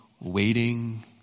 waiting